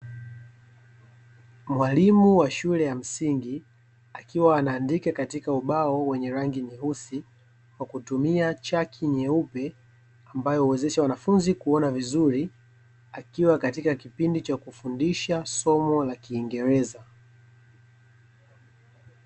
Mwalimu wa shule ya msingi, akiwa anaandika katika ubao wenye rangi nyeusi kwa kutumia chaki nyeupe ambayo huwezesha wanafunzi kuona vizuri, akiwa katika kipindi cha kufundisha somo la kiingereza.